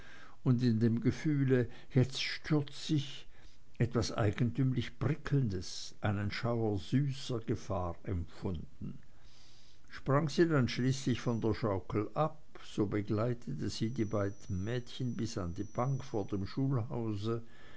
und in dem gefühl jetzt stürz ich etwas eigentümlich prickelndes einen schauer süßer gefahr empfunden sprang sie dann schließlich von der schaukel ab so begleitete sie die beiden mädchen bis an die bank vor dem schulhause